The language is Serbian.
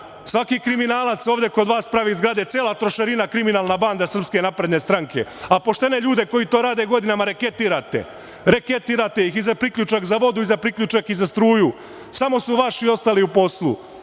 kriminalac ovde kod vas pravi zgrade. Cela Trošarina kriminalna banda Srpske napredne stranke, a poštene ljude, koji to rade godinama, reketirate. Reketirate ih i za priključak za vodu i za priključak za struju. Samo su vaši ostali u poslu.